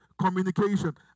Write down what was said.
communication